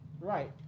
Right